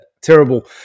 terrible